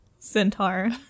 centaur